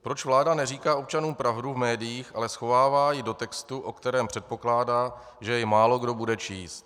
Proč vláda neříká občanům pravdu v médiích, ale schovává ji do textu, o kterém předpokládá, že jej málokdo bude číst?